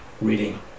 reading